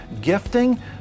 gifting